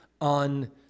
on